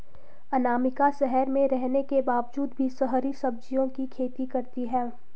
अनामिका शहर में रहने के बावजूद भी शहरी सब्जियों की खेती करती है